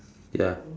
ya